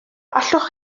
allwch